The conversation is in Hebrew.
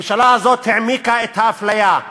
הממשלה הזאת העמיקה את האפליה.